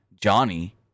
Johnny